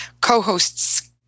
co-hosts